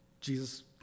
Jesus